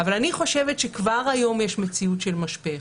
אני חושבת שכבר היום יש מציאות של משפך,